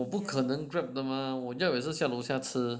我不可能 Grab 的吗我要也是下楼下吃